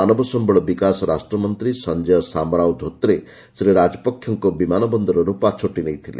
ମାନବ ସମ୍ବଳ ବିକାଶ ରାଷ୍ଟ୍ରମନ୍ତ୍ରୀ ସଂଜୟ ସାମରାଓ ଧୋତ୍ରେ ଶ୍ରୀ ରାଜପକ୍ଷଙ୍କୁ ବିମାନ ବନ୍ଦରରୁ ପାଛୋଟି ନେଇଥିଲେ